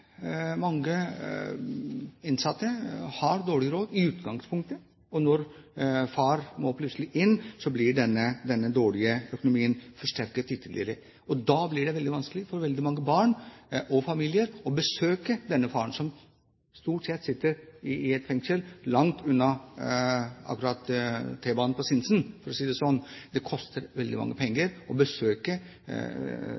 innsatte har dårlig råd i utgangspunktet. Når far plutselig må inn, blir den dårlige økonomien forsterket ytterligere. Da blir det vanskelig for veldig mange barn og familier å besøke denne faren, som stort sett sitter i et fengsel langt unna T-banen på Sinsen, for å si det sånn. Det koster veldig mange